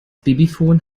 babyfon